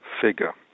figure